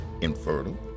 infertile